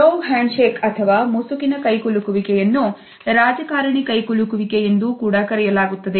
Glove handshake ಅನ್ನು ರಾಜಕಾರಣಿ ಕೈಕುಲುಕುವಿಕೆ ಎಂದು ಕರೆಯಲಾಗುತ್ತದೆ